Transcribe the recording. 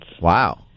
Wow